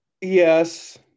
Yes